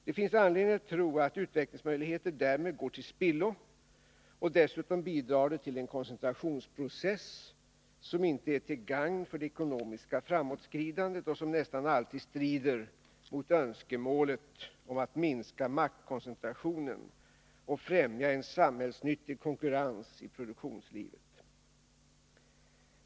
Det finns anledning tro att utvecklingsmöjligheter därmed går till spillo, och dessutom bidrar det till en koncentrationsprocess som inte är till gagn för det ekonomiska framåtskridandet och som nästan alltid strider mot önskemålet att minska maktkoncentrationen och främja en samhällsnyttig konkurrens i produktionslivet.